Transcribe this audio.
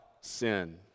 sin